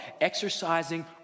exercising